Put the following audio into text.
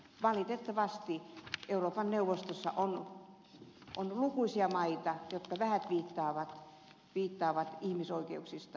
valitettavasti euroopan neuvostossa on lukuisia maita jotka vähät piittaavat ihmisoikeuksista